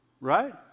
Right